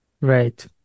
Right